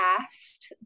asked